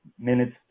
minutes